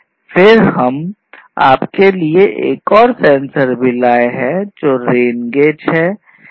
फिर हम आपके लिए एक और सेंसर भी लाए हैं जो रेन गेज है